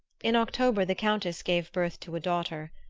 in october the countess gave birth to a daughter.